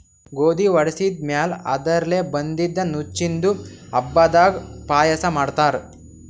ಗೋಧಿ ವಡಿಸಿದ್ ಮ್ಯಾಲ್ ಅದರ್ಲೆ ಬಂದಿದ್ದ ನುಚ್ಚಿಂದು ಹಬ್ಬದಾಗ್ ಪಾಯಸ ಮಾಡ್ತಾರ್